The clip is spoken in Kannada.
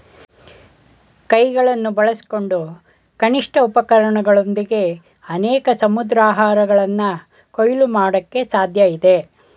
ಕೈಗಳನ್ನು ಬಳಸ್ಕೊಂಡು ಕನಿಷ್ಠ ಉಪಕರಣಗಳೊಂದಿಗೆ ಅನೇಕ ಸಮುದ್ರಾಹಾರಗಳನ್ನ ಕೊಯ್ಲು ಮಾಡಕೆ ಸಾಧ್ಯಇದೆ